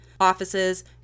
offices